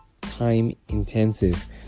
time-intensive